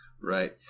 right